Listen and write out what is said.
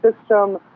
system